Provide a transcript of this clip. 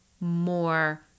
more